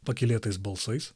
pakylėtais balsais